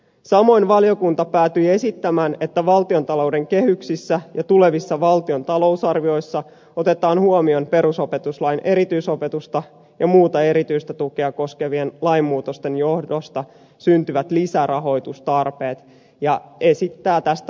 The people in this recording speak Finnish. samoin valiokunta päätyi esittämään että valtiontalouden kehyksissä ja tulevissa valtion talousarvioissa otetaan huomioon perusopetuslain erityisopetusta ja muuta erityistä tukea koskevien lainmuutosten johdosta syntyvät lisärahoitustarpeet ja esittää tästä samansisältöistä lausumaa